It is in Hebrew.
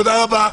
תודה רבה.